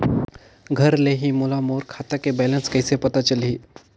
घर ले ही मोला मोर खाता के बैलेंस कइसे पता चलही?